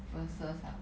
versus ah